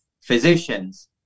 physicians